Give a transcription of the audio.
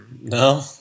No